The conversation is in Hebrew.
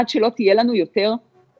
עד שלא יהיו לנו יותר נתונים.